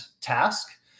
task